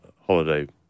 holiday